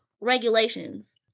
regulations